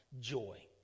joy